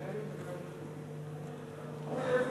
תורי?